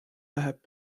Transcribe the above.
läheb